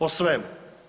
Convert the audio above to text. O svemu.